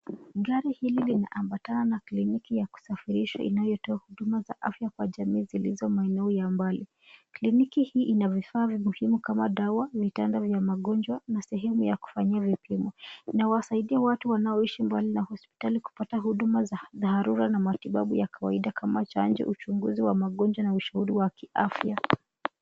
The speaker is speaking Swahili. Gari hili linaambatana na kliniki ya kusafirishwa inayotoa huduma za afya kwa jamii zilizo maeneo ya mbali. Kliniki hii inavihifadhi muhimu kama dawa, vitanda vya wagonjwa na sehemu ya kufanyia vipimo. Inawasaidia watu wanaoishi mbali na hospitali kupata huduma za dharura na matibabu ya kawaida kama chanjo, uchunguzi wa magonjwa na ushauri wa kiafya.